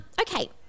Okay